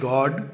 God